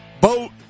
boat